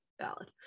Valid